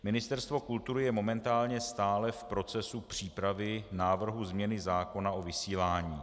Ministerstvo kultury je momentálně stále v procesu přípravy návrhu změny zákona o vysílání.